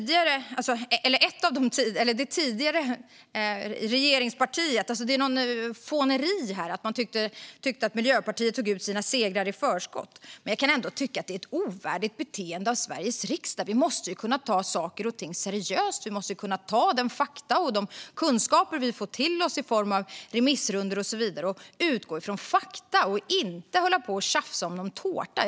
Det är något fåneri här gällande att man tycker att Miljöpartiet tog ut segern i förskott. Jag kan tycka att det är ett ovärdigt beteende av Sveriges riksdag. Vi måste kunna ta saker och ting seriöst och ta till oss fakta och kunskaper vi får i form av remissrundor och så vidare och inte hålla på och tjafsa om någon tårta.